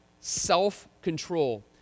self-control